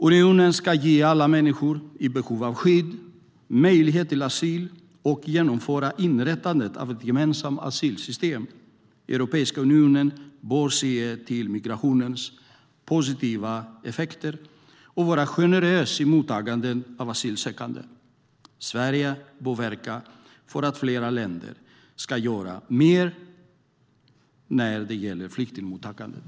Unionen ska ge alla människor i behov av skydd möjlighet till asyl och genomföra inrättandet av ett gemensamt asylsystem. Europeiska unionen bör se till migrationens positiva effekter och vara generös i mottagandet av asylsökande. Sverige bör verka för att fler länder ska göra mer när det gäller flyktingmottagandet.